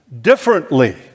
differently